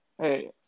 Hey